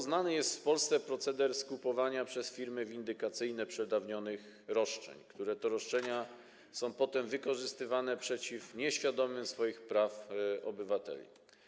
Znany jest w Polsce proceder skupowania przez firmy windykacyjne przedawnionych roszczeń, które to roszczenia są potem wykorzystywane przeciw nieświadomym swoich praw obywatelom.